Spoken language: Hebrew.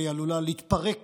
והיא עלולה להתפרק